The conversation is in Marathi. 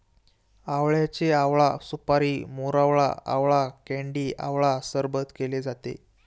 आवळ्याचे आवळा सुपारी, मोरावळा, आवळा कँडी आवळा सरबत केले जाते